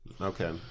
Okay